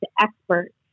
experts